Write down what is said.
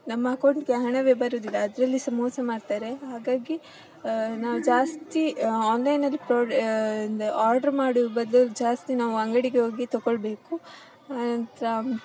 ನಮ್ಮ ಅಕೌಂಟ್ಗೆ ಹಣವೇ ಬರೋದಿಲ್ಲ ಅದರಲ್ಲಿ ಸಹ ಮೋಸ ಮಾಡ್ತಾರೆ ಹಾಗಾಗಿ ನಾ ಜಾಸ್ತಿ ಆನ್ಲೈನಲ್ಲಿ ಪ್ರೊ ಆರ್ಡ್ರು ಮಾಡುವ ಬದಲು ಜಾಸ್ತಿ ನಾವು ಅಂಗಡಿಗೆ ಹೋಗಿ ತೊಗೊಳ್ಬೇಕು ಆನಂತರ